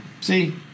See